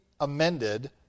amended